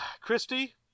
Christy